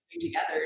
together